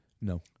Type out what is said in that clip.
No